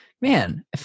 man